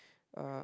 uh